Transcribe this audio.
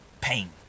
pain